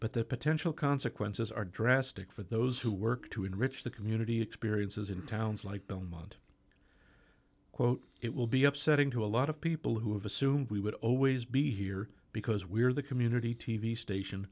but the potential consequences are drastic for those who work to enrich the community experiences in towns like don't want to quote it will be upsetting to a lot of people who have assumed we would always be here because we are the community t v station